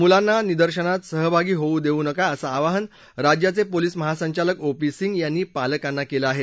मुलांना निदर्शनात सहभागी होऊ देऊ नका असं आवाहन राज्याचे पोलीस महासंचालक ओ पी सिंग यांनी पालकांना केलं आहे